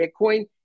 Bitcoin